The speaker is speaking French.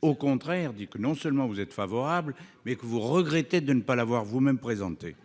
au contraire dit que non seulement vous êtes favorable mais que vous regrettez de ne pas l'avoir vous-même présenté.